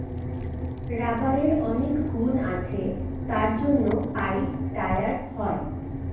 রাবারের অনেক গুণ আছে তার জন্য পাইপ, টায়ার হয়